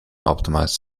optimized